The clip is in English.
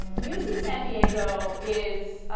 u c san diego is ah.